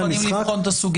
אתם מוכנים לבחון את הסוגיה?